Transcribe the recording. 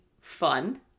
fun